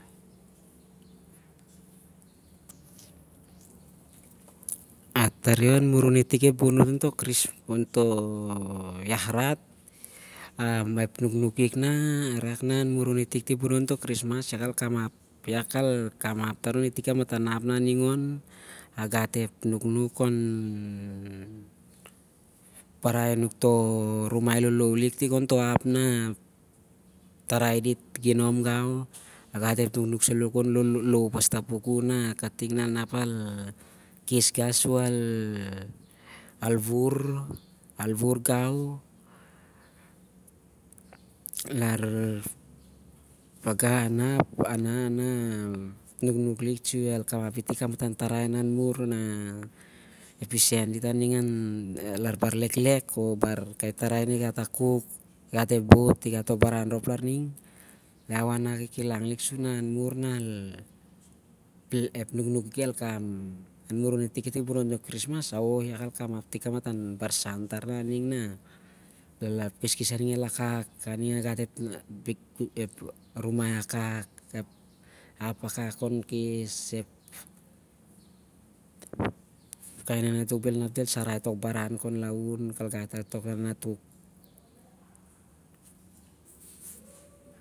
Ah, tari an murun itik ep bon'ot- in- toh iahrat. ep nunukik nah arak an murun itik ep bon'ot- in toh iahrat. iau kal kamap tar- lari tik ep baran tingon a gat ep nuknuk khon palai nuk toh rumai lolou lik ting ontoh pukun nah- ep- tarai dit ginom gau. Apa gat epl nuknuk saloh khon lou pas tah pukun nah ting nah nap al khes gau sur al wuvur gau. Lar nah ona. anah a nuknuk lik sur al kamap itik ep kamatan tarai nah anmur, ep isen dit aning leklek o- ba tarai na igat a kuk, ep bot, igat toh baran rhop laring, iau anah a- kikilang lik sur nah an mur, ep nuknukik el kam, an murun itik ep bon'ot- in- toh girismas, ao- ia- kal kamap itik kamatan barsan tar larning nah ep kheskes aning el akak, aning a gat ep rumai akak, ep ap akak khon khes, ap kai nanatuk bhel inap dit el sarai tok baran khon laun on, mah kal gat al kai nanatuk